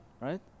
right